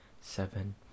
seven